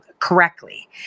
correctly